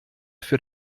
für